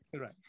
Right